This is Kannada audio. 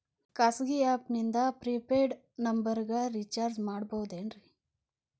ಖಾಸಗಿ ಆ್ಯಪ್ ನಿಂದ ಫ್ರೇ ಪೇಯ್ಡ್ ನಂಬರಿಗ ರೇಚಾರ್ಜ್ ಮಾಡಬಹುದೇನ್ರಿ?